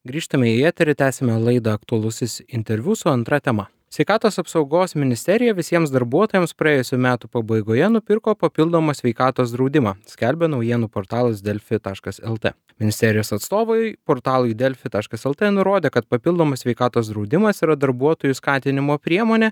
grįžtame į eterį tęsiame laidą aktualusis interviu su antra tema sveikatos apsaugos ministerija visiems darbuotojams praėjusių metų pabaigoje nupirko papildomą sveikatos draudimą skelbia naujienų portalas delfi taškas lt ministerijos atstovai portalui delfi taškas lt nurodė kad papildomas sveikatos draudimas yra darbuotojų skatinimo priemonė